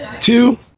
Two